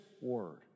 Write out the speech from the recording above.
word